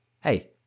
Hey